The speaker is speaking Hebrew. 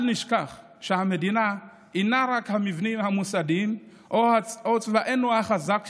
אל נשכח שהמדינה אינה רק המבנים המוסדיים או צבאנו החזק,